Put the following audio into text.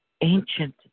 ancient